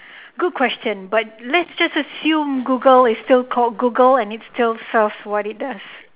good question but let's just assume google is still called google and it still serves what it does